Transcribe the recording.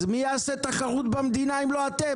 אז מי יעשה תחרות במדינה אם לא אתם?